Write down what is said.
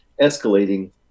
escalating